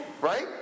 Right